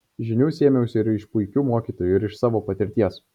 žinių sėmiausi ir iš puikių mokytojų ir iš savo patirties